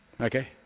okay